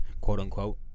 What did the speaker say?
quote-unquote